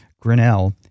Grinnell